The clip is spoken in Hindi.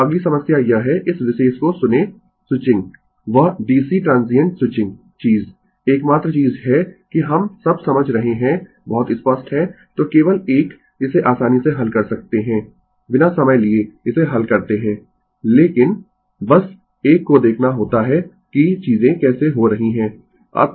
अब अगली समस्या यह है इस विशेष को सुनें स्विचिंग वह DC ट्रांसिएंट स्विचिंग चीज एकमात्र चीज है कि हम सब समझ रहे है बहुत स्पष्ट है तो केवल एक इसे आसानी से हल कर सकते है बिना समय लिए इसे हल करते है लेकिन बस एक को देखना होता है कि चीजें कैसे हो रही है